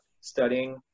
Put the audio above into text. studying